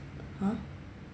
!huh!